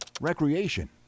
Recreation